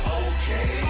okay